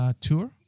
tour